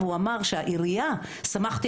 הוא אמר שהעירייה שמחתי,